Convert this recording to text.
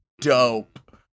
Dope